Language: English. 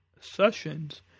sessions